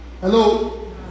Hello